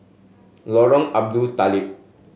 Lorong Abu Talib